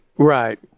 Right